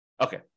Okay